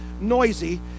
noisy